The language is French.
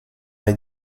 est